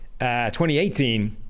2018